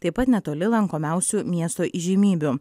taip pat netoli lankomiausių miesto įžymybių